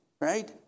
Right